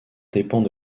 dépend